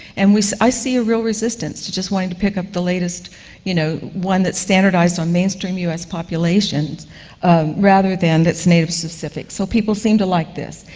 and so i see a real resistance to just wanting to pick up the latest you know one that's standardized on mainstream us populations rather than that's native-specific. so, people seem to like this.